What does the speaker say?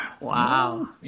Wow